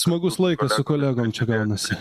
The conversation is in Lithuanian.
smagus laikas su kolegom čia gaunasi